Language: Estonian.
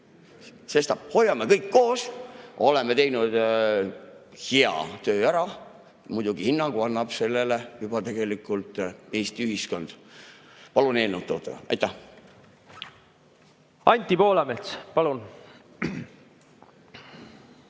Sestap hoiame kõik kokku, oleme teinud hea töö ära. Muidugi, hinnangu annab sellele juba tegelikult Eesti ühiskond. Palun eelnõu toetada! Aitäh! Anti Poolamets, palun!